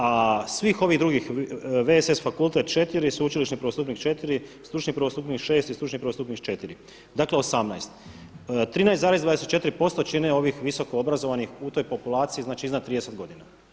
A svih ovih drugih VSS, fakultet 4, sveučilišni prvostupnik 4, stručni prvostupnik 6 i stručni prvostupnik 4. Dakle 18. 13,24% čine ovih visoko obrazovanih u toj populaciji znači iznad 30 godina.